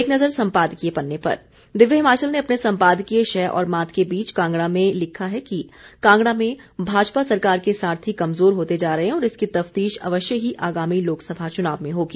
एक नज़र सम्पादकीय पन्ने पर दिव्य हिमाचल ने अपने संपादकीय शह और मात के बीच कांगड़ा में लिखा है कि कांगड़ा में भाजपा सरकार के सारथी कमजोर होते जा रहे हैं और इसकी तफतीश अवश्य ही आगामी लोकसभा चुनाव में होगी